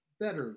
better